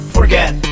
Forget